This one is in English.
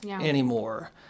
anymore